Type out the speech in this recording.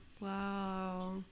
wow